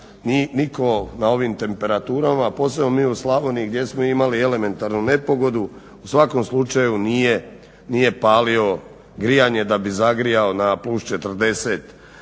nitko na ovim temperaturama, a posebno mi u Slavoniji gdje smo imali elementarnu nepogodu, u svakom slučaju nije palio grijanje da bi zagrijao na +40